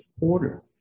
order